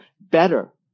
better